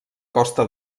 costa